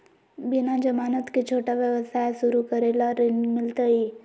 बिना जमानत के, छोटा व्यवसाय शुरू करे ला ऋण मिलतई?